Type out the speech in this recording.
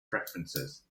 preferences